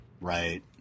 Right